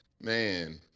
Man